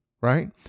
right